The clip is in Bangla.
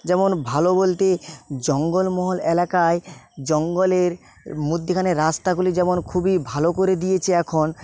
যেমন ভালো বলতে জঙ্গলমহল এলাকায় জঙ্গলের মধ্যিখানে রাস্তাগুলি যেমন খুবই ভালো করে দিয়েছে এখন